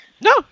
No